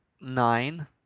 nine